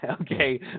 Okay